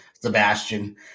Sebastian